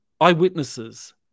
eyewitnesses